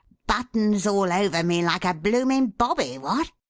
buttons all over me, like a blooming bobby! what?